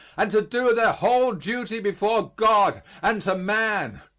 and to do their whole duty before god and to man.